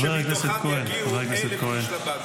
חבר הכנסת כהן, חבר הכנסת כהן.